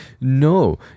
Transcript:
No